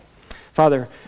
Father